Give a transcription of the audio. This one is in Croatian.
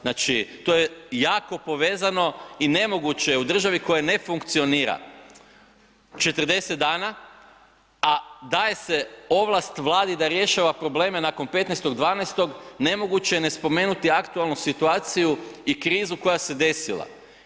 Znači to je jako povezano i nemoguće je u državi koja ne funkcionira 40 dana a daje se ovlast Vladi da rješava probleme nakon 15.12. nemoguće je ne spomenuti aktualnu situaciju i krizu koja se desila.